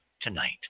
tonight